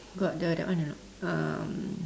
got the that one or not um